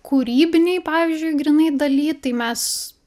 kūrybinėj pavyzdžiui grynai daly tai mes